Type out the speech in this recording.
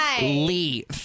leave